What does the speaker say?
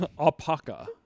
Alpaca